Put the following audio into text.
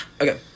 Okay